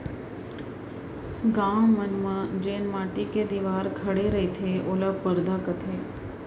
गॉंव मन म जेन माटी के दिवार खड़े रईथे ओला परदा कथें